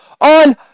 on